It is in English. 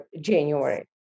January